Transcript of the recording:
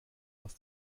aus